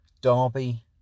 Derby